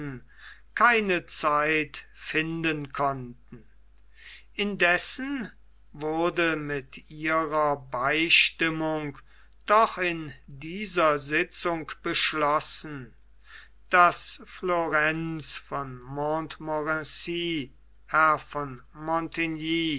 keine zeit finden konnten indessen wurde mit ihrer beistimmung doch in dieser sitzung beschlossen daß florenz von montmorency herr von montigny